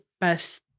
best